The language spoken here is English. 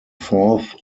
fourth